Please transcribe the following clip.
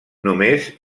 només